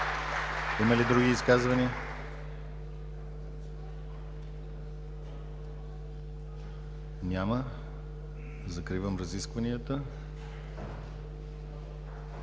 Има ли други изказвания? Няма. Закривам разискванията.